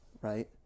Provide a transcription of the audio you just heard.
right